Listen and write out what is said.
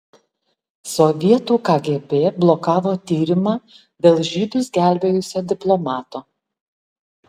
sovietų kgb blokavo tyrimą dėl žydus gelbėjusio diplomato